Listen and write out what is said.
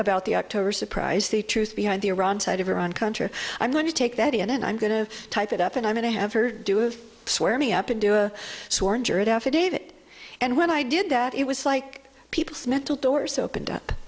about the october surprise the truth behind the iran side of iran contra i'm going to take that in and i'm going to type it up and i'm going to have her do it swear me up and do a sworn affidavit and when i did that it was like people's mental doors opened up